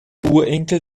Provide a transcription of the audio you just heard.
urenkel